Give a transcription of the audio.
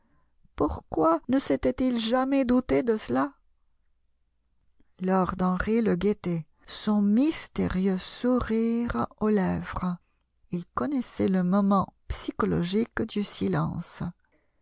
pourquoi ne s'était-il jamais douté de cela lord henry le guettait son mystérieux sourire aux lèvres il connaissait le moment psychologique du silence